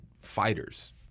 fighters